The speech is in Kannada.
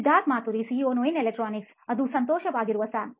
ಸಿದ್ಧಾರ್ಥ್ ಮಾತುರಿ ಸಿಇಒ ನೋಯಿನ್ ಎಲೆಕ್ಟ್ರಾನಿಕ್ಸ್ ಅದು ಸಂತೋಷವಾಗಿರುವ ಸ್ಯಾಮ್